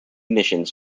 missions